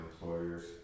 employers